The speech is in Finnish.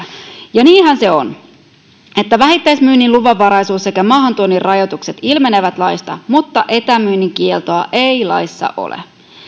ja niinhän se on että vähittäismyynnin luvanvaraisuus ja maahantuonnin rajoitukset ilmenevät laista mutta etämyynnin kieltoa ei laissa ole